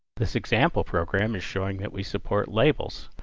this example program is showing that we support labels.